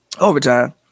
Overtime